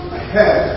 ahead